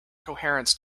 coherence